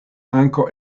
ankaŭ